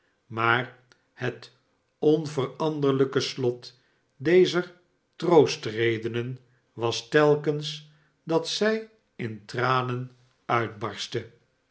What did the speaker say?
maar het onveranderlijke slot dezer troostredenen was telkens dat zij in tranen uitbarstte